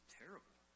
terrible